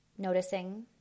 Noticing